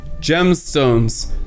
gemstones